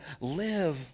live